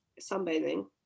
sunbathing